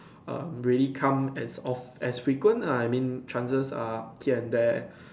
um really come as of as frequent lah I mean chances are here and there